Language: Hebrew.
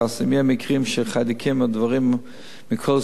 אם יהיו מקרים של חיידקים או דברים מכל סוג,